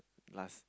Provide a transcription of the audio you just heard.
last